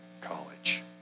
college